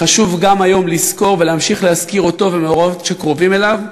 חשוב גם היום לזכור ולהמשיך להזכיר אותו ומאורעות שקרובים אליו.